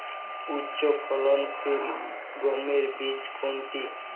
উচ্চফলনশীল গমের বীজ কোনটি?